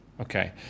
okay